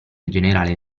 generale